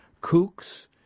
kooks